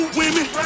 women